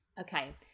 Okay